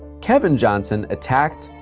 kevin johnson attacked,